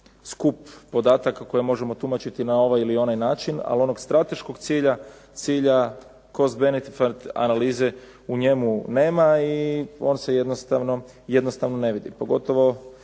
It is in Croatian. skup podataka koje možemo tumačiti na ovaj ili onaj način, ali onog strateškog cilja, cilja cost benefit analize u njemu nema i on se jednostavno ne vidi. Pogotovo